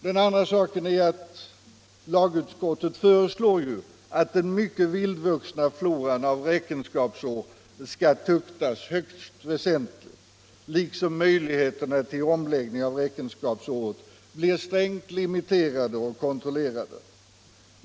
Den andra punkten är att lagutskottet ju föreslår att den mycket vildvuxna floran av räkenskapsår skall tuktas högst väsentligt, liksom att möjligheterna till omläggningar av räkenskapsåret strängt skall limiteras och kontrolleras.